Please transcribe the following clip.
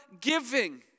giving